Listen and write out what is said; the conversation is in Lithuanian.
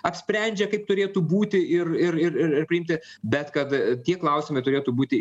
apsprendžia kaip turėtų būti ir priimti bet kad tie klausimai turėtų būti